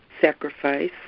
sacrifice